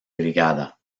brigada